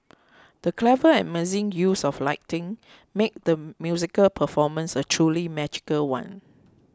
the clever and amazing use of lighting made the musical performance a truly magical one